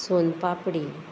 Son papdi